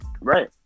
Right